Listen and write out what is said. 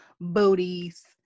booties